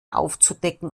aufzudecken